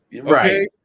right